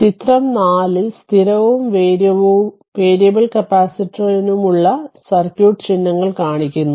ചിത്രം 4 ൽ സ്ഥിരവും വേരിയബിൾ കപ്പാസിറ്ററിനുമുള്ള സർക്യൂട്ട് ചിഹ്നങ്ങൾ കാണിക്കുന്നു